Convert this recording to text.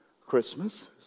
Christmas